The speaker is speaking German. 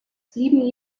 blieben